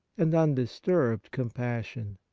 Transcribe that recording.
and un disturbed compassion.